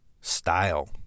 style